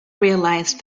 realised